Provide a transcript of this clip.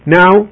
now